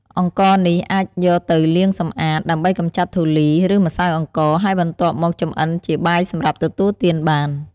អង្ករនេះអាចយកទៅលាងសម្អាត ដើម្បីកម្ចាត់ធូលី ឬម្សៅអង្ករ ហើយបន្ទាប់មកចម្អិនជាបាយសម្រាប់ទទួលទានបាន។